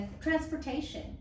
transportation